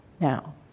Now